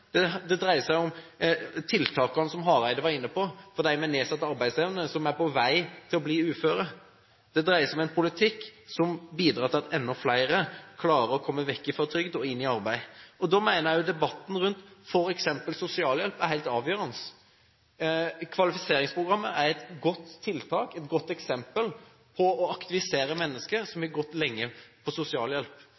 det dreier seg – som Hareide var inne på – om tiltakene for dem med nedsatt arbeidsevne som er på vei til å bli uføre, det dreier seg om en politikk som bidrar til at enda flere klarer å komme vekk fra trygd og inn i arbeid. Da mener jeg også at debatten rundt f.eks. sosialhjelp er helt avgjørende. Kvalifiseringsprogrammet er et godt tiltak – et godt eksempel på å aktivisere mennesker som har gått lenge på sosialhjelp. I